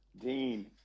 Dean